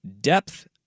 depth